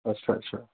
अच्छा अच्छा